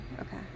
Okay